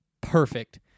perfect